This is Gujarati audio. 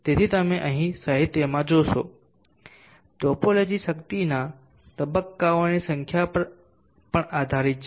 તેથી તમે સાહિત્યમાં જોશો ટોપોલોજી શક્તિના તબક્કાઓની સંખ્યા પર પણ આધારિત છે